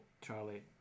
Charlie